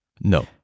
No